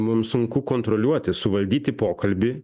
mums sunku kontroliuoti suvaldyti pokalbį